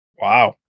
wow